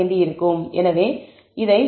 எனவே இதை β1 0 or β1